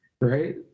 right